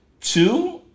two